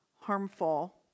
harmful